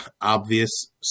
obvious